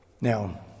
Now